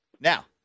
Now